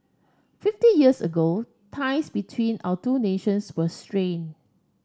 fifty years ago ties between our two nations were strained